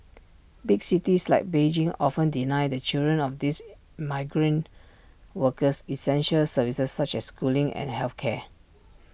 big cities like Beijing often deny the children of these migrant workers essential services such as schooling and health care